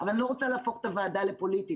אבל אני לא רוצה להפוך את הוועדה לפוליטית.